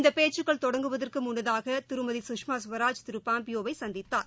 இந்த பேச்சுகள் தொடங்குவதற்கு முன்னதாக திருமதி குஷ்மா ஸ்வராஜ் திரு பாம்பியோவை சந்தித்தார்